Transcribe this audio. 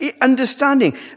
understanding